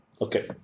Okay